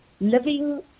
living